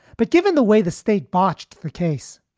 but given the way the state botched the case,